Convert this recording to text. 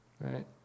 Right